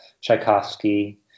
Tchaikovsky